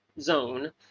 zone